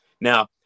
Now